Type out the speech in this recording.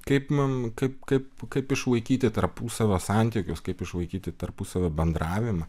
kaip mum kaip kaip kaip išlaikyti tarpusavio santykius kaip išlaikyti tarpusavio bendravimą